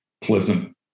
pleasant